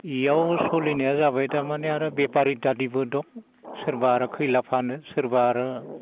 इयाव सलिनाया जाबाय दा माने आरो बेफारि दादिबो दं सोरबा आरो खैला फानो सोरबा आरो